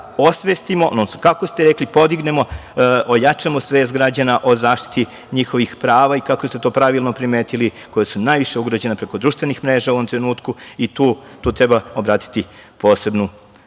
osvestimo, da podignemo, ojačamo svest građana o zaštiti njihovih prava i, kako ste to pravilno primetili, koja su najviše ugrožena preko društvenih mreža u ovom trenutku i tu treba obratiti posebnu